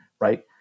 right